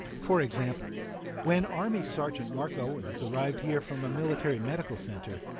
for example when army sergeant marc owens arrived here from a military medical center,